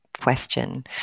question